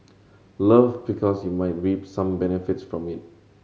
love because you might reap some benefits from it